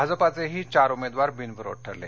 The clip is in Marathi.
भाजपाचेही चार उमेदवार बिनविरोध ठरले